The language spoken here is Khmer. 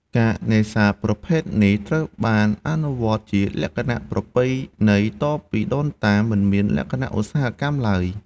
ការនេសាទប្រភេទនេះត្រូវបានអនុវត្តជាលក្ខណៈ ប្រពៃណីតពីដូនតា មិនមានលក្ខណៈឧស្សាហកម្មឡើយ។